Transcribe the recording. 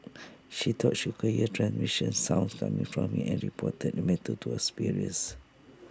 she thought she could hear transmission sounds coming from him and reported the matter to her superiors